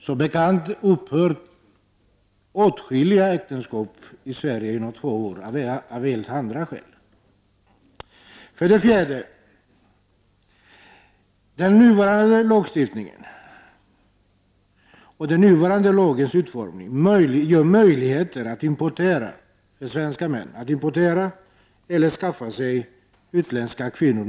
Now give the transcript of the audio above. Som bekant upphör åtskilliga äktenskap i Sverige inom två år av helt andra skäl. För det fjärde ger den nuvarande lagstiftningens utformning svenska män möjlighet att med prövorätt importera utländska kvinnor.